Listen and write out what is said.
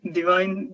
Divine